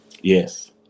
Yes